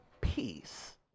peace